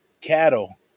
cattle